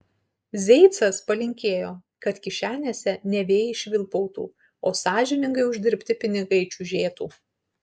zeicas palinkėjo kad kišenėse ne vėjai švilpautų o sąžiningai uždirbti pinigai čiužėtų